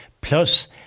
plus